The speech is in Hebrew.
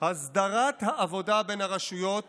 הסדרת העבודה בין הרשויות